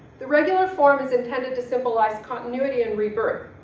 the regular form is intended to symbolize continuity and rebirth,